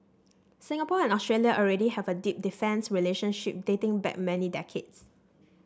Singapore and Australia already have a deep defence relationship dating back many decades